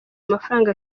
amafaranga